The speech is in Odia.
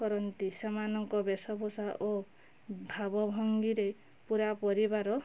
କରନ୍ତି ସେମାନଙ୍କ ବେଶ ପୋଷା ଓ ଭାବ ଭଙ୍ଗୀରେ ପୂରା ପରିବାର